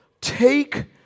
take